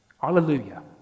Hallelujah